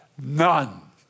none